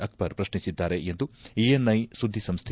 ಅಕ್ಷರ್ ಪ್ರಶ್ನಿಸಿದ್ದಾರೆಂದು ಎಎನ್ಐ ಸುದ್ದಿಸಂಸ್ವೆ